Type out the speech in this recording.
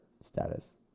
status